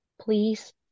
Please